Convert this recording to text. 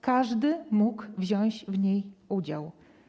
Każdy mógł wziąć w niej udział.